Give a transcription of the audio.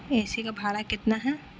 اے C کا بھاڑا کتنا ہے